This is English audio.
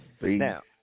Now